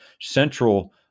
central